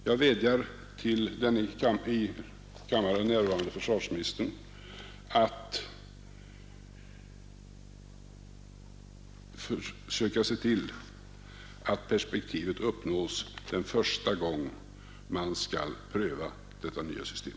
Jag vädjar till den i kammaren närvarande försvarsministern att försöka se till att perspektivet uppnås första gången man skall pröva detta nya system.